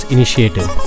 Initiative